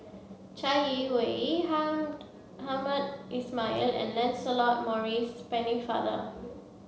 Chai Yee Wei Hamed Hamed Ismail and Lancelot Maurice Pennefather